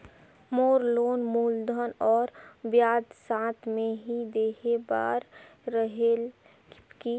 मोर loan मूलधन और ब्याज साथ मे ही देहे बार रेहेल की?